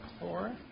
Four